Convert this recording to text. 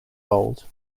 old